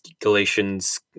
Galatians